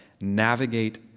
navigate